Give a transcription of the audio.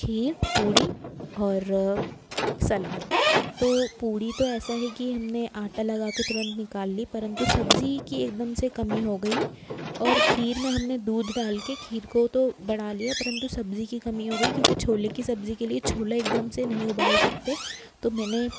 खीर पूड़ी और सलाद तो पूड़ी तो ऐसा है की हमने आटा लगा कर तुरंत निकाल ली परन्तु सब्ज़ी की एकदम से कमी हो गई और खीर में हमने दूध डाल कर खीर को तो बढ़ा लिया परन्तु सब्ज़ी की कमी हो गई क्योंकि छोले की सब्ज़ी के लिए छोले एकदम से नहीं उबाल सकते तो मैंने